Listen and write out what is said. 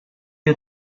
you